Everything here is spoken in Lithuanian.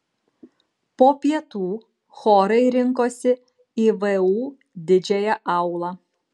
po pietų chorai rinkosi į vu didžiąją aulą